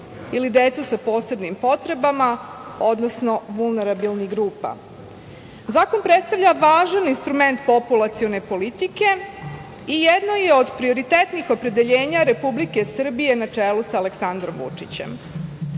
ili decu sa posebnim potrebama, odnosno vulnerabilnih grupa. Zakon predstavlja važan instrument populacione politike i jedno je od prioritetnih opredeljenja Republike Srbije na čelu sa Aleksandrom